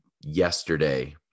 yesterday